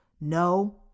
No